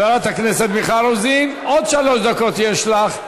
חברת הכנסת מיכל רוזין, עוד שלוש דקות יש לך.